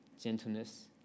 gentleness